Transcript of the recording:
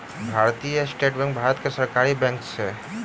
भारतीय state bank Bharat के सरकारी बैंक अछि